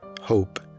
Hope